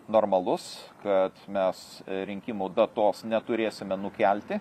normalus kad mes rinkimų datos neturėsime nukelti